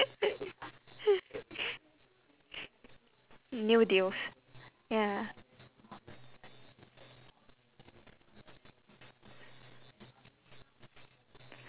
new deals ya